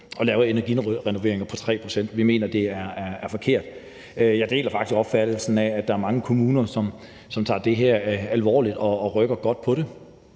at lave energirenoveringer på 3 pct. Vi mener, det er forkert. Jeg deler faktisk opfattelsen af, at der er mange kommuner, som tager det her alvorligt og rykker godt på det.